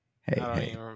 hey